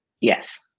Yes